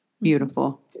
Beautiful